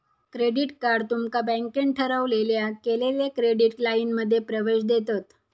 credit card तुमका बँकेन ठरवलेल्या केलेल्या क्रेडिट लाइनमध्ये प्रवेश देतत